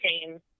came